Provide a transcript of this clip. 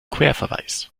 querverweis